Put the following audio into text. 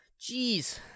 Jeez